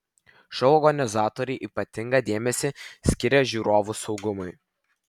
šou organizatoriai ypatingą dėmesį skiria žiūrovų saugumui